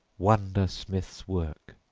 wonder-smiths' work,